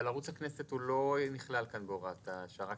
אבל ערוץ הכנסת לא נכלל כאן בהוראת השעה.